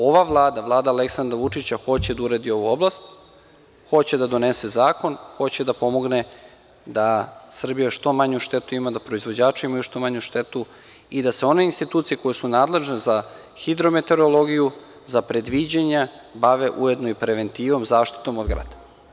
Ova Vlada, Vlada Aleksandra Vučića hoće da uredi ovu oblast, hoće da donese zakon, hoće da pomogne da Srbija što manju štetu ima, da proizvođači imaju što manju štetu i da se one institucije koje su nadležne za hidrometeorologiju, za predviđanja, bave ujedno i preventivom, zaštitom od grada.